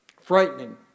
frightening